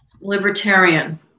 libertarian